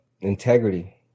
integrity